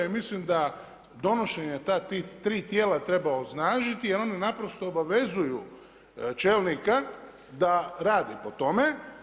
I mislim da donošenje tih tri tijela treba osnažiti a oni naprosto obavezuju čelnika da radi po tome.